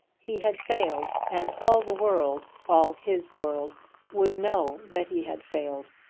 he had failed, and all the world all his world would know that he had failed.